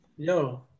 Yo